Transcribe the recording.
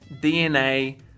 DNA